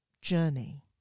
journey